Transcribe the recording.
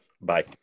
Bye